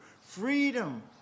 freedom